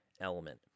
element